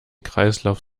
kreislauf